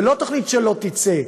ולא תוכנית שלא תצא.